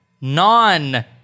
non